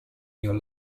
your